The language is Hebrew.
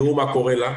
תראו מה קורה לה.